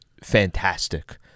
fantastic